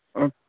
ಓ